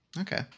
Okay